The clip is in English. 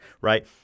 Right